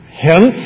hence